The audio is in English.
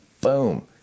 Boom